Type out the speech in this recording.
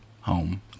home